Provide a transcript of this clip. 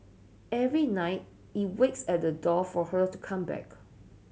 every night it waits at the door for her to come back